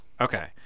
Okay